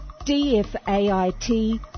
DFAIT